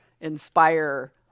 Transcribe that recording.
inspire